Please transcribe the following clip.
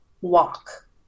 walk